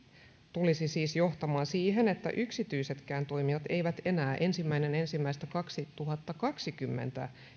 tulisi siis johtamaan siihen että yksityisetkään toimijat eivät enää ensimmäinen ensimmäistä kaksituhattakaksikymmentä